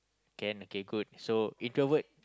can okay good so introvert